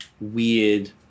Weird